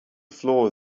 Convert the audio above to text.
floor